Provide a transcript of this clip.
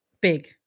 Big